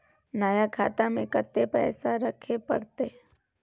नया खाता में कत्ते पैसा रखे परतै?